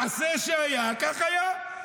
מעשה שהיה כך היה.